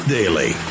Daily